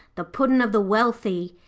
the puddin' of the wealthy.